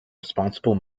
responsible